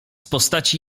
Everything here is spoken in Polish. postaci